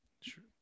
Sure